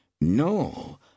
no